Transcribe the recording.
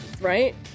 right